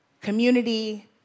community